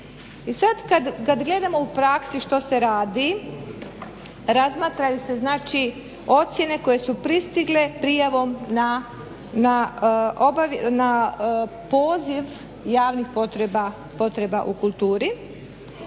I sada kada gledamo u praksi što se radi, razmatraju se ocjene koje su pristigle prijavom na poziv javnih potreba u kulturi